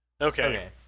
okay